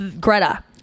greta